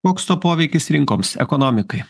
koks to poveikis rinkoms ekonomikai